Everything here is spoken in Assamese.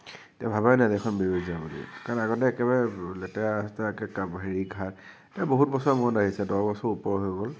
তেওঁ ভাবাই নাই যে এইখন বেবেজীয়া বুলি কাৰণ আগতে একেবাৰে লেতেৰা চেতেৰাকে হেৰি তেওঁ বহুত বছৰ মূৰত আহিছে দহ বছৰ ওপৰ হৈ গ'ল